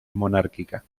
monárquica